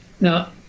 Now